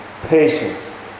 patience